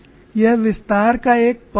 यह विस्तार का एक पहलू है